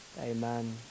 Amen